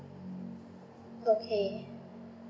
okay